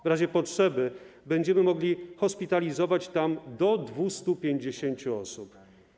W razie potrzeby będziemy mogli hospitalizować tam do 250 osób.